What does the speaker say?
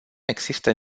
există